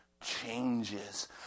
changes